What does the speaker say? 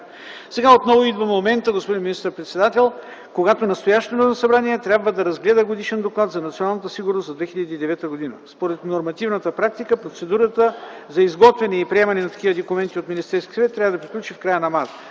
Сега отново идва моментът, господин министър-председател, когато настоящото Народно събрание трябва да разгледа Годишен доклад за националната сигурност за 2009 г. Според нормативната практика процедурата за изготвяне и приемане на такива документи от Министерския съвет трябва да приключи в края на м.